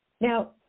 Now